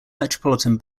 metropolitan